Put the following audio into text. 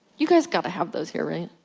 you guys gotta have those here right?